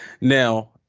Now